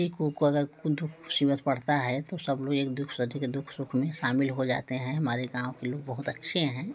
किसी को अगर कोई दुख मुसीबत पड़ता है तो सब लोग एक दुख से अथी के दुख सुख में शामिल हो जाते हैं हमारे गाँव के लोग बहुत अच्छे हैं